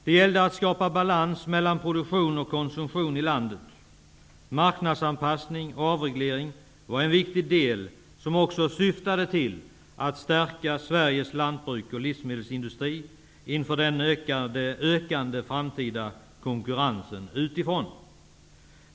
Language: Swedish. Det gällde att skapa balans mellan produktion och konsumtion i landet. Marknadsanpassning och avreglering var en viktig del, som också syftade till att stärka Sveriges lantbruk och livsmedelsindustri inför den ökande framtida konkurrensen utifrån.